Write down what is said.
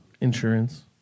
Insurance